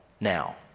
now